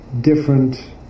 different